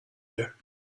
here